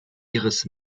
ihres